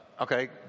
okay